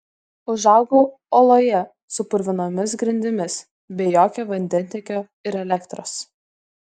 užaugau oloje su purvinomis grindimis be jokio vandentiekio ir elektros